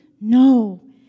no